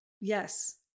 Yes